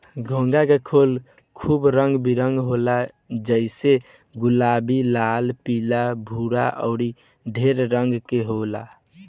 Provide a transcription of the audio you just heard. घोंघा के खोल खूब रंग बिरंग होला जइसे गुलाबी, लाल, पीला, भूअर अउर ढेर रंग में होला